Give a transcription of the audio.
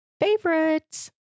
favorites